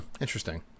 Interesting